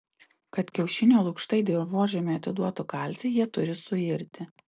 kad kiaušinio lukštai dirvožemiui atiduotų kalcį jie turi suirti